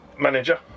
Manager